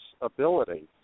ability